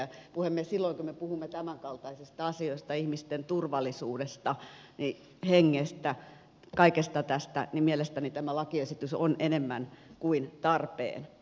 puhemies silloin kun me puhumme tämänkaltaisista asioista ihmisten turvallisuudesta hengestä kaikesta tästä mielestäni tämä lakiesitys on enemmän kuin tarpeen